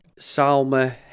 Salma